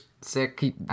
sick